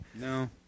No